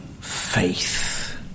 faith